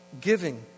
giving